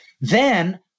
Then-